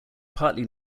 partly